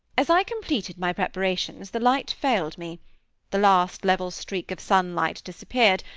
as i completed my preparations the light failed me the last level streak of sunlight disappeared,